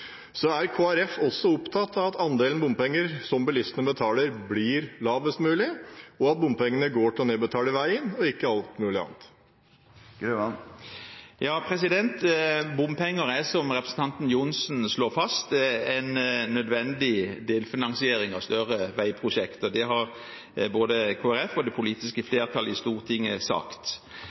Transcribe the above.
Er Kristelig Folkeparti også opptatt av at andelen bompenger som bilistene betaler, blir lavest mulig, og at bompengene går til å nedbetale veien, og ikke alt mulig annet? Bompenger er, som representanten Johnsen slår fast, en nødvendig delfinansiering av større veiprosjekt, og det har både Kristelig Folkeparti og det politiske flertall i Stortinget sagt.